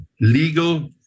legal